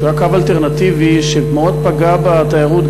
שהיה קו אלטרנטיבי שמאוד פגע בתיירות,